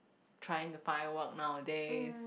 trying to find work nowadays